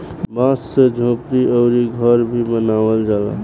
बांस से झोपड़ी अउरी घर भी बनावल जाला